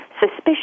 suspicious